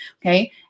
okay